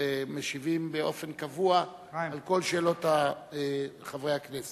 ומשיבים באופן קבוע על כל שאלות חברי הכנסת.